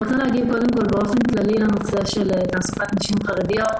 אני רוצה להתייחס קודם כול באופן כללי לנושא תעסוקת נשים חרדיות.